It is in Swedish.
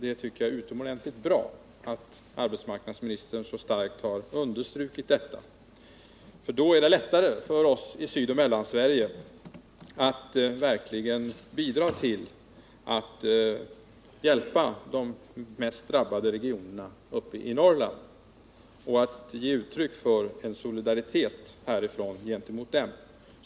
Jag tycker att det är utomordentligt bra att arbetsmarknadsministern så starkt har understrukit detta. Då är det lättare för oss i Sydoch Mellansverige att verkligen bidra till att hjälpa de mest drabbade regionerna i Norrland och att ge uttryck för en solidaritet härifrån gentemot dem.